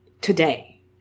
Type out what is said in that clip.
today